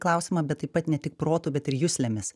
klausimą bet taip pat ne tik protu bet ir juslėmis